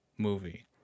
movie